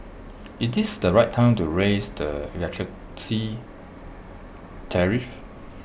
is this the right time to raise the electricity tariff